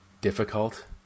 difficult